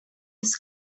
des